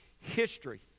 history